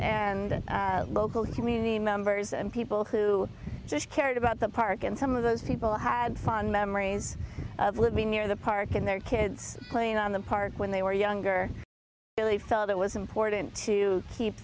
and local community members people who just cared about the park and some of those people had fun memories of living near the park in their kids playing on the park when they were younger really felt it was important to keep